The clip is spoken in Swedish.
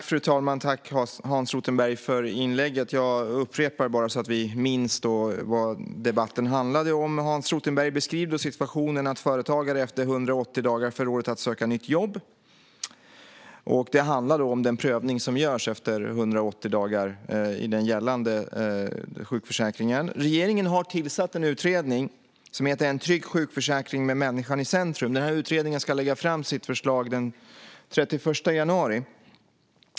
Fru talman! Tack, Hans Rothenberg, för inlägget! Jag upprepar en del så att vi minns vad debatten handlade om. Hans Rothenberg beskriver en situation där företagare efter 180 dagars sjukskrivning får rådet att söka nytt jobb. Det handlar om den prövning som görs efter 180 dagar i den gällande sjukförsäkringen. Regeringen har tillsatt en utredning som heter Utredningen om en trygg sjukförsäkring med människan i centrum. Den ska lägga fram sitt förslag den 31 januari.